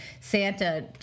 Santa